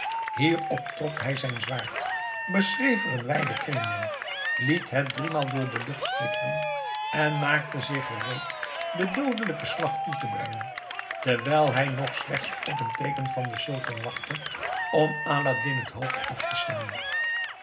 hierop trok hij zijn zwaard beschreef er een wijden kring mee liet het driemaal door de lucht flikkeren en maakte zich gereed den doodelijken slag toe te brengen terwijl hij nog slechts op een teeken van den sultan wachtte om aladdin het hoofd af te slaan